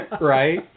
right